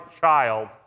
child